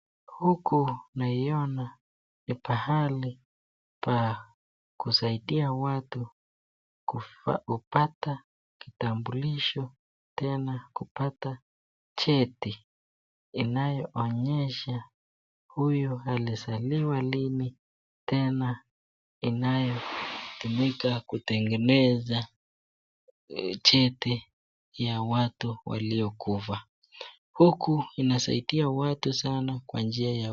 Huku naiona pahali pa kusaidia watu kupata kitambulisho tena kupata cheti inayoonyesha huyu alizaliwa lini tena inayotumika kutengeneza cheti ya watu waliokufa huku inasaidia watu sana.